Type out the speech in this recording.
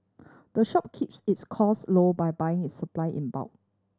the shop keeps its cost low by buying its supply in bulk